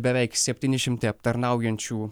beveik septyni šimtai aptarnaujančių